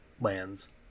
lands